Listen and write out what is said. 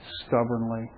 stubbornly